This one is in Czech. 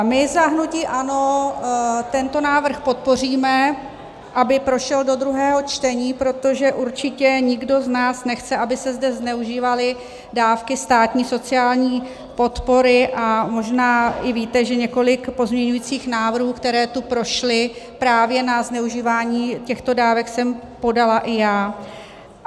My za hnutí ANO tento návrh podpoříme, aby prošel do druhého čtení, protože určitě nikdo z nás nechce, aby se zde zneužívaly dávky státní sociální podpory, a možná i víte, že několik pozměňujících návrhů, které tu prošly, právě na zneužívání těchto dávek jsem podala i já.